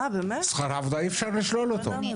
אי אפשר לשלול שכר עבודה.